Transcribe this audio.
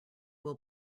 will